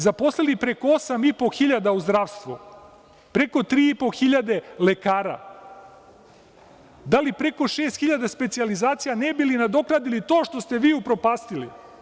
Zaposlili smo preko 8.500 u zdravstvu, preko 3.500 lekara, dali preko 6.000 specijalizacija, ne bi li nadoknadili to što ste vi upropastili.